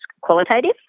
qualitative